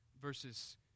verses